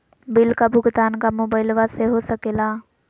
Bill का भुगतान का मोबाइलवा से हो सके ला?